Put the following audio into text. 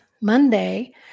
Monday